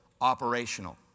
operational